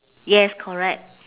yes correct